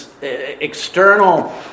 external